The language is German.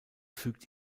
fügt